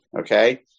okay